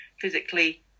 physically